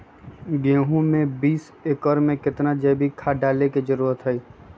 गेंहू में बीस एकर में कितना जैविक खाद डाले के जरूरत है?